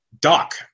Doc